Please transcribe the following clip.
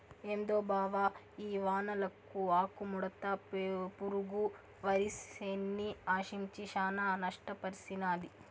ఏందో బావ ఈ వానలకు ఆకుముడత పురుగు వరిసేన్ని ఆశించి శానా నష్టపర్సినాది